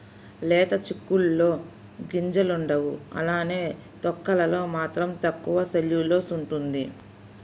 లేత చిక్కుడులో గింజలుండవు అలానే తొక్కలలో మాత్రం తక్కువ సెల్యులోస్ ఉంటుంది